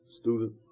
student